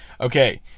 Okay